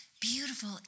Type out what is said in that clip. beautiful